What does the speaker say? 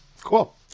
Cool